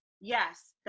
Yes